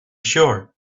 sure